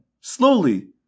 slowly